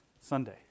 Sunday